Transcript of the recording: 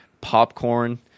popcorn